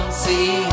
see